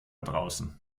draußen